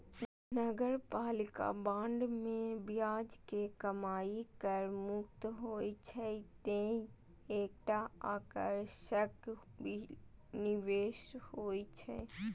नगरपालिका बांड मे ब्याज के कमाइ कर मुक्त होइ छै, तें ई एकटा आकर्षक निवेश होइ छै